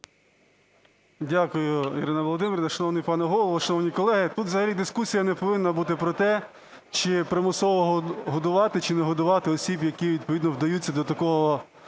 Дякую, Ірина Володимирівна. Шановний пане Голово, шановні колеги, тут взагалі дискусія не повинна бути про те, чи примусово годувати чи не годувати осіб, які відповідно вдаються до такого